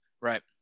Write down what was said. Right